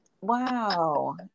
Wow